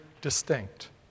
distinct